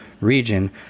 region